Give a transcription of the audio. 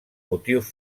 motius